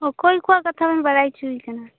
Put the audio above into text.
ᱚᱠᱚᱭ ᱠᱚᱣᱟᱜ ᱠᱟᱛᱷᱟ ᱵᱤᱱ ᱵᱟᱰᱟᱭ ᱚᱪᱚᱭᱤ ᱠᱟᱱᱟ